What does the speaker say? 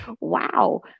wow